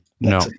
No